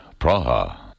Praha